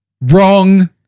Wrong